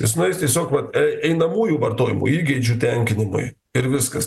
jis nueis tiesiog vat einamųjų vartojimų įgeidžių tenkinimui ir viskas